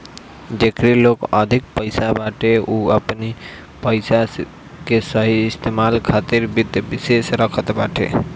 जेकरी लगे अधिक पईसा बाटे उ अपनी पईसा के सही इस्तेमाल खातिर वित्त विशेषज्ञ रखत बाटे